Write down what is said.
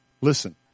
Listen